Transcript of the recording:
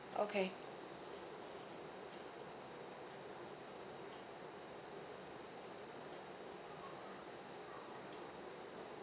okay